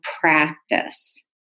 practice